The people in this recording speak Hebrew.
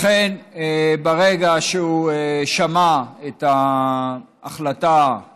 לכן ברגע שהוא שמע את ההחלטה של